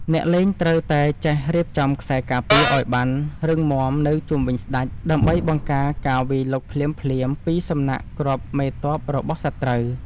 អ្នកលេងត្រូវតែចេះរៀបចំខ្សែការពារឱ្យបានរឹងមាំនៅជុំវិញស្តេច ដើម្បីបង្ការការវាយលុកភ្លាមៗពីសំណាក់គ្រាប់មេទ័ពរបស់សត្រូវ។